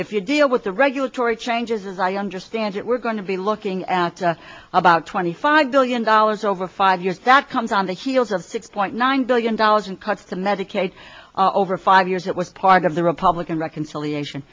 if you deal with the regulatory changes as i understand it we're going to be looking at about twenty five billion dollars over five years that comes on the heels of six point nine billion dollars in cuts to medicaid over five years it was part of the republican reconciliation